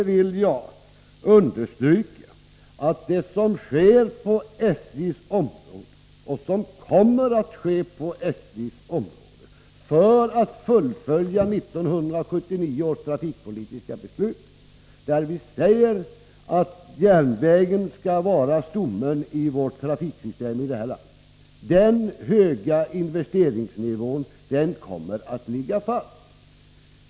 Enligt 1979 års trafikpolitiska beslut skall järnvägen vara stommen i vårt trafiksystem. Den höga investeringsnivån kommer därför att ligga fast.